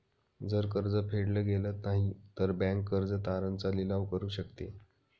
जर कर्ज फेडल गेलं नाही, तर बँक कर्ज तारण चा लिलाव करू शकते